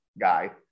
guy